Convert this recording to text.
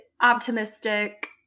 optimistic –